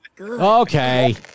Okay